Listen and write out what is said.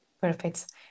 Perfect